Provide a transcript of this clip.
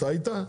אתה היית?